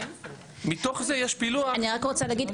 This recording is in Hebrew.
אני רק רוצה להגיד,